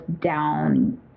down